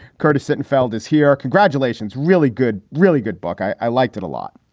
curtis sittenfeld is here. congratulations. really good. really good book. i liked it a lot.